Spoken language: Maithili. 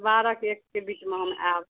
बारहके एकके बीचमे हम आयब